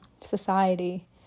society